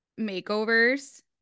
makeovers